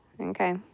Okay